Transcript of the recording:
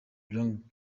belonged